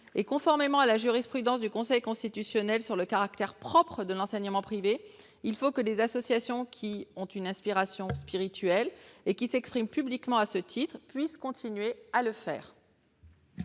Conformément à la jurisprudence du Conseil constitutionnel sur le caractère propre de l'enseignement privé, les associations qui ont une aspiration spirituelle et qui s'expriment publiquement à ce titre doivent pouvoir continuer à le faire.